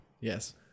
Yes